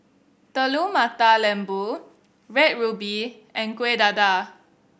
Telur Mata Lembu Red Ruby and Kueh Dadar